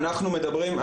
אנחנו מדברים,